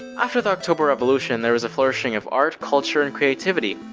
after the october revolution, there was a flourishing of art, culture, and creativity.